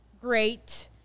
Great